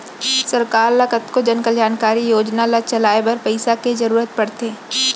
सरकार ल कतको जनकल्यानकारी योजना ल चलाए बर पइसा के जरुरत पड़थे